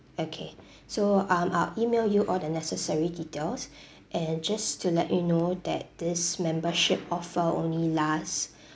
okay so um I'll email you all the necessary details and just to let you know that this membership offer only lasts